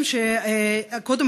כ-15 שנים,